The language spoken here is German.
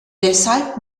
deshalb